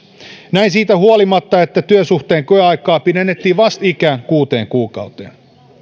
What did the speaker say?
näin siitä huolimatta että työsuhteen koeaikaa pidennettiin vastikään kuuteen kuukauteen